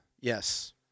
Yes